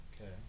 Okay